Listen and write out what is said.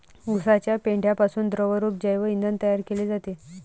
उसाच्या पेंढ्यापासून द्रवरूप जैव इंधन तयार केले जाते